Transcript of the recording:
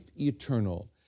eternal